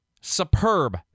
superb